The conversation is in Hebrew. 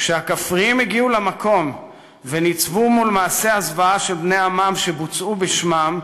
כשהכפריים הגיעו למקום וניצבו מול מעשי הזוועה של בני עמם שבוצעו בשמם,